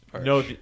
No